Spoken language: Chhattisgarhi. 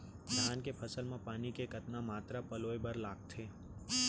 धान के फसल म पानी के कतना मात्रा पलोय बर लागथे?